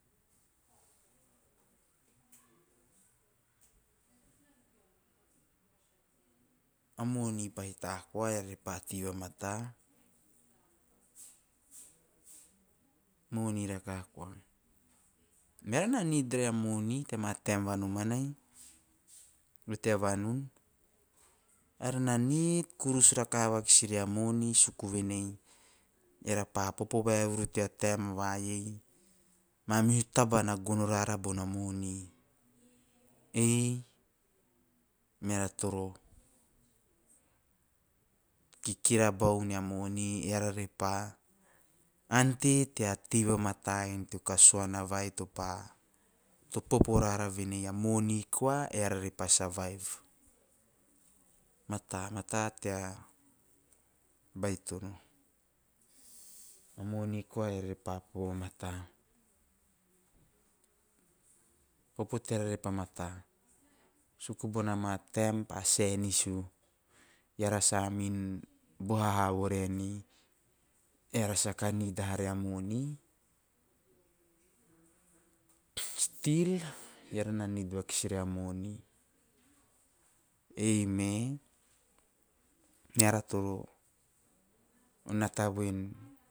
A nom pahita koa eara re pa tei vamata. Eara na nid re a moni teama taem vai nomanai, goe tea vanun, eara na nid kurus rakaha vakis rea moni suku venei eara pa popo vaevuru tea taem va iei mamihu taba na gono rara bona moni ei meara toro kikira bau nia moni eara re pa ante tea tei vamata teo kasuana vai topa, to popo rara venei o moni koa eara re pa survive. Mat mata tea baitono, moni koa eara repa popo vamata, popo teara repa mata suku bona ma vamata, popo teara repa popo vamata, popo teara repa mata suku bona ma taem pa senis u. Eara samin boha ha vo renei eara saka nid hara a moni still eara na nid vakis rea moni, ei me eara toro nata voen.